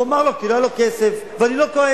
הוא אמר "לא" כי לא היה לו כסף,